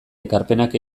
ekarpenak